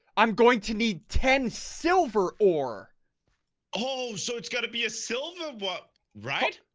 i'm going to need ten silver, or oh so it's going to be a silver whoa, right?